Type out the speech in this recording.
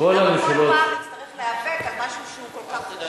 כל פעם נצטרך להיאבק על משהו שהוא כל כך פשוט.